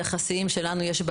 הישראלי,